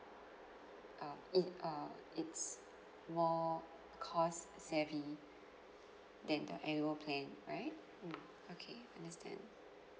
um it~ uh it's more cost savvy than the annual plan right mm okay understand